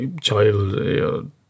child